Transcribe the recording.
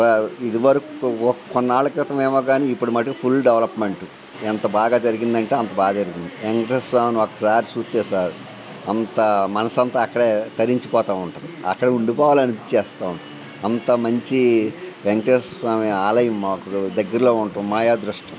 ప ఇదివరకు ఒ కొన్నాళ్ళ క్రితం ఏమోగానీ ఇప్పుడు మటుకు ఫుల్ డెవలప్మెంట్ ఎంత బాగా జరిగిందంటే అంత బా జరిగింది వెంకటేశ్వర స్వామిని ఒకసారి చూత్తే చాలు అంత మనసంతా అక్కడే తరించిపోతా ఉంటుంది అక్కడ ఉండిపోవాలి అనిపించేస్తూ ఉంటుంది అంత మంచి వెంకటేశ్వర స్వామి ఆలయం మాకు దగ్గరలో ఉండటం మా అదృష్టం